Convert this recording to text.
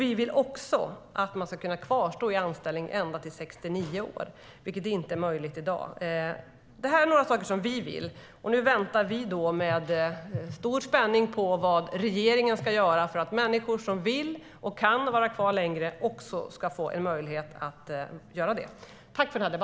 Vi vill också att man ska kunna kvarstå i anställning ända till 69 år, vilket inte är möjligt i dag. Det är några saker som vi vill göra. Och nu väntar vi med stor spänning på vad regeringen ska göra för att människor som vill och kan vara kvar längre också ska få möjlighet att vara det.